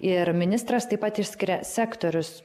ir ministras taip pat išskiria sektorius